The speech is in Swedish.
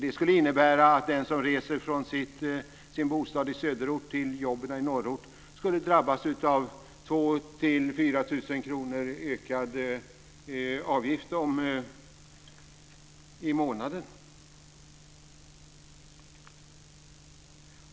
Det skulle innebära att den som reser från sin bostad i söderort till sitt jobb i norrort skulle drabbas av 2 000-4 000 kr i ökad avgift i månaden.